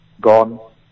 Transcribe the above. gone